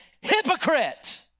hypocrite